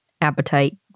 appetite